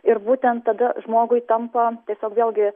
ir būtent tada žmogui tampa tiesiog vėlgi